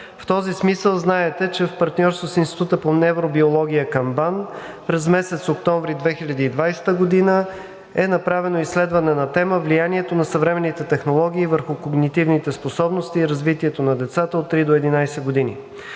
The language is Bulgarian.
В този смисъл знаете, че в партньорство с Института по невробиология – БАН, през месец октомври 2020 г. е направено изследване на тема „Влиянието на съвременните технологии върху когнитивните способности и развитието на децата от 3 до 11 години“.